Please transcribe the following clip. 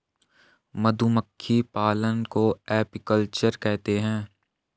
मधुमक्खी पालन को एपीकल्चर कहते है